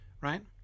Right